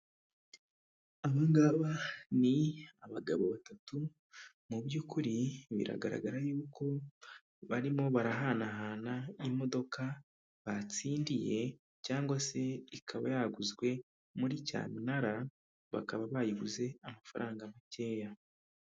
Aba ngaba ni abagabo batatu mu by'ukuri biragaragara yuko barimo barahanahana imodoka batsindiye cyangwa se ikaba yaguzwe muri cyamunara, bakaba bayiguze amafaranga makeya.